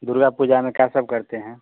दुर्गा पूजा में क्या सब करते हैं